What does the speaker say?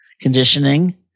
conditioning